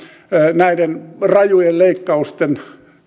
näiden rajujen leikkausten